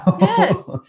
Yes